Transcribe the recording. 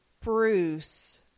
Bruce